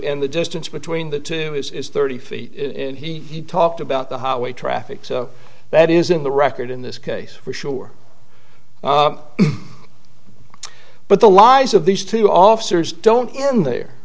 in the distance between the two is is thirty feet and he talked about the highway traffic so that is in the record in this case for sure but the lives of these two officers don't end the